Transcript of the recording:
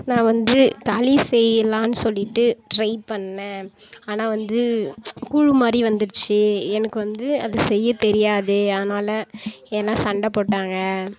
நா வந்து களி செய்யலாம்னு சொல்லிட்டு டிரை பண்ணேன் ஆனால் வந்து கூழ் மாதிரி வந்துடுச்சு எனக்கு வந்து அது செய்ய தெரியாது அதனால் எல்லாம் சண்டை போட்டாங்க